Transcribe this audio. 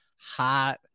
hot